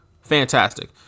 fantastic